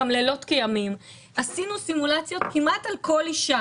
גם לילות כימים - כמעט על כל אישה